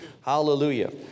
Hallelujah